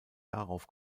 darauf